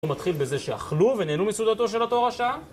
הוא מתחיל בזה שאכלו ונהנו מסעודתו של אותו רשע?